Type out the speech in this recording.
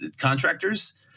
contractors –